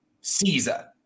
Caesar